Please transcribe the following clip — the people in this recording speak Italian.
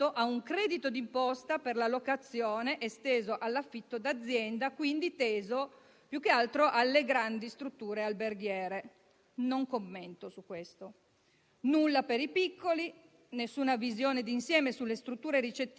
ad alcune proposte abbiamo trasformato i nostri emendamenti in ordini del giorno, nella speranza che qualcosa venga recepito nella legge di bilancio, come ad esempio la proroga del *bonus* facciate, che non è coerente con la scadenza del *bonus* al 110